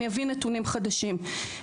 אני אביא נתונים חדשים.